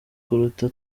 kuruta